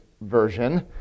version